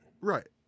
Right